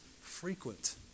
frequent